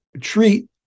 treat